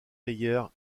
meyer